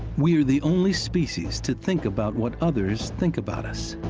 we are the only species to think about what others think about us